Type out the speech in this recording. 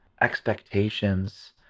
expectations